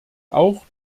auch